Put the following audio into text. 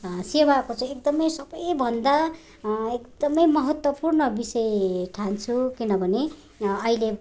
सेवाको चाहिँ एकदम सबैभन्दा एकदमै महत्त्वपूर्ण विषय ठान्छु किनभने अहिले